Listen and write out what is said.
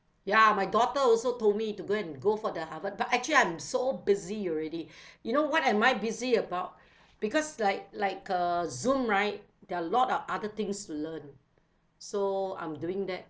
ya my daughter also told me to go and go for the harvard but actually I'm so busy you already you know what am I busy about because like like uh Zoom right there are a lot of other things to learn so I'm doing that